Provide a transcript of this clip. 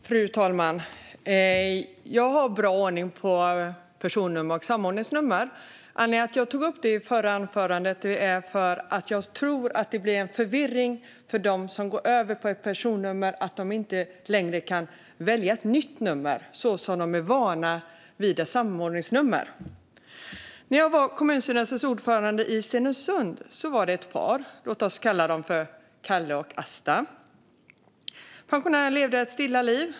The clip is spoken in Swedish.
Fru talman! Jag har bra ordning på personnummer och samordningsnummer. Anledningen till att jag tog upp det i mitt förra inlägg är att jag tror att det blir förvirrande för dem som går över till ett personnummer att de inte längre kan välja ett nytt nummer, som de är vana vid när det gäller samordningsnummer. Fru talman! När jag var kommunstyrelsens ordförande i Stenungsund fanns där ett pensionärspar som levde ett stilla liv - låt oss kalla dem Kalle och Asta.